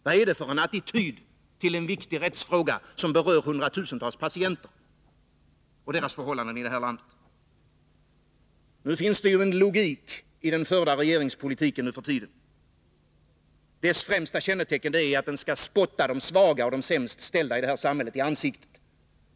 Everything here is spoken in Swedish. Vad är det för attityd till en viktig rättsfråga, som berör hundratusentals patienter och deras förhållande i vårt land? Det finns en logik i den regeringspolitik som nu förs, vars främsta kännetecken är att den spottar de svaga och de sämst ställda i samhället i ansiktet.